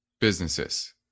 businesses